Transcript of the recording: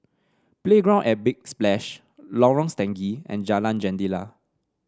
Playground at Big Splash Lorong Stangee and Jalan Jendela